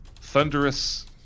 thunderous